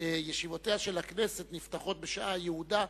ישיבותיה של הכנסת נפתחות בשעה היעודה,